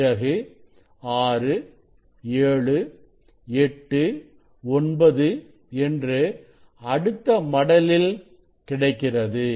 பிறகு 6 7 8 9 என்று அடுத்த மடலில் கிடைக்கிறது